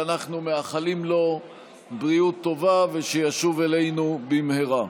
שאנחנו מאחלים לו בריאות טובה ושישוב אלינו במהרה.